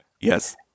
Yes